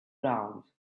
round